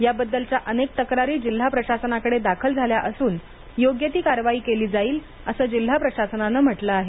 याबद्दलच्या अनेक तक्रारी जिल्हा प्रशासनाकडे दाखल झाल्या असून योग्य ती कारवाई केली जाईल असं जिल्हा प्रशासनाने म्हटलं आहे